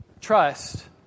trust